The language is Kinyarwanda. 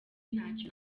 ntacyo